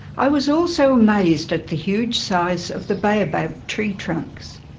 i was also amazed at the huge size of the baobab tree trunks.